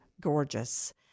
gorgeous